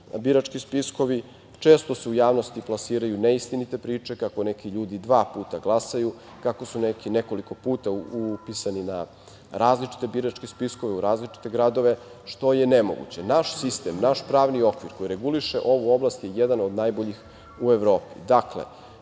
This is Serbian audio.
birački spiskovi. Često se u javnosti plasiraju neistinite priče, kako neki ljudi dva puta glasaju, kako su neki nekoliko puta upisani na različite biračke spiskove, u različite gradove, što je nemoguće. Naš sistem, naš pravni okvir koji reguliše ovu oblast je jedan od najboljih u Evropi. Dakle,